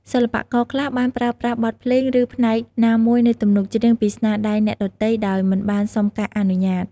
សិល្បករខ្លះបានប្រើប្រាស់បទភ្លេង ឬផ្នែកណាមួយនៃទំនុកច្រៀងពីស្នាដៃអ្នកដទៃដោយមិនបានសុំការអនុញ្ញាត។